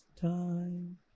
time